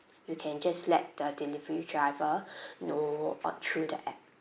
you can just let the delivery driver know or through the app